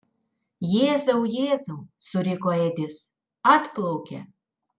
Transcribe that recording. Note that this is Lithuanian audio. jėzau jėzau suriko edis atplaukia